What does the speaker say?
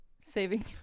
saving